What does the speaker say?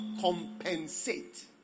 compensate